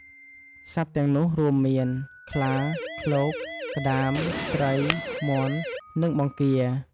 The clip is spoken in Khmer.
សត្វទាំងនោះរួមមាន ខ្លា ឃ្លោក ក្តាម ត្រី មាន់ និងបង្គារ។